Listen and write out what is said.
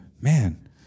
Man